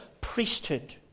priesthood